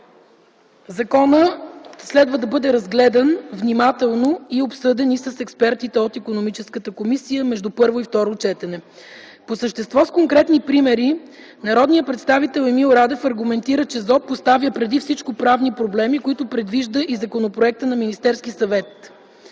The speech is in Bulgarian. Законът следва да бъде внимателно разгледан и обсъден и с експертите от Икономическата комисия между първо и второ четене. По същество с конкретни примери, народният представител Емил Радев аргументира, че Законът за обществените поръчки поставя преди всичко правни проблеми, които предвижда и законопроектът на Министерския съвет.